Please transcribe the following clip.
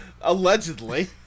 Allegedly